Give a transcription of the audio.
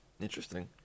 Interesting